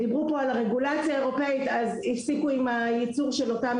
דיברו פה על הרגולציה האירופאית אז הפסיקו עם הייצור של אותם